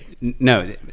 no